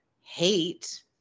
hate